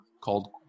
called